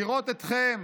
לראות אתכם